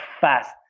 fast